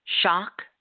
shock